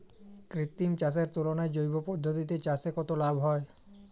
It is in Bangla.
কৃত্রিম চাষের তুলনায় জৈব পদ্ধতিতে চাষে কত লাভ হয়?